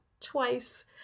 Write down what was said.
twice